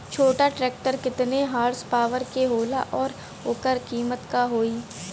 छोटा ट्रेक्टर केतने हॉर्सपावर के होला और ओकर कीमत का होई?